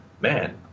man